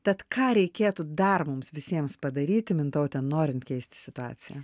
tad ką reikėtų dar mums visiems padaryti mintaute norint keisti situaciją